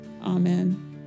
Amen